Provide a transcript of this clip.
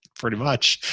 pretty much.